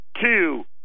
two